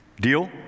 Deal